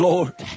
Lord